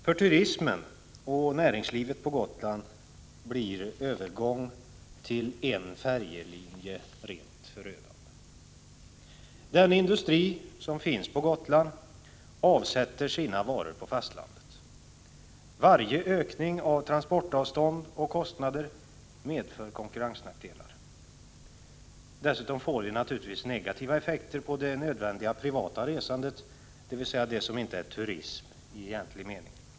För turismen och näringslivet på Gotland blir övergång till en färjelinje rent förödande. Den industri som finns på Gotland avsätter sina varor på fastlandet. Varje ökning av transportavstånd och kostnader medför konkurrensnackdelar. Dessutom får vi naturligtvis negativa effekter på det nödvändiga privata resandet, dvs. det som inte är turism i egentlig mening.